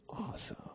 awesome